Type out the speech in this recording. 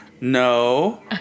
no